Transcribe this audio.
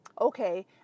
okay